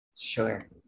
sure